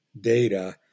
data